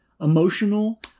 emotional